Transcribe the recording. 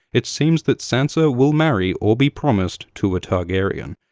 it seems that sansa will marry or be promised to a targaryen.